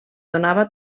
donava